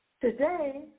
today